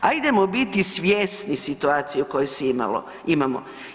Ajdemo biti svjesni situacije u kojoj se imamo.